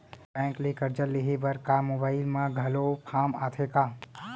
Bank ले करजा लेहे बर का मोबाइल म घलो फार्म आथे का?